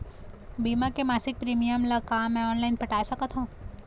बीमा के मासिक प्रीमियम ला का मैं ऑनलाइन पटाए सकत हो?